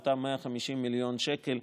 אותם 150 מיליון שקל,